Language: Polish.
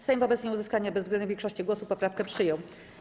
Sejm wobec nieuzyskania bezwzględnej większości głosów poprawkę przyjął.